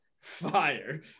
Fire